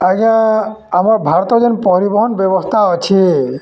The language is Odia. ଆଜ୍ଞା ଆମର ଭାରତ ଯେନ୍ ପରିବହନ ବ୍ୟବସ୍ଥା ଅଛେ